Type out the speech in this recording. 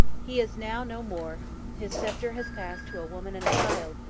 he is now no more his sceptre has passed to a woman and a child,